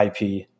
IP